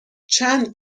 چند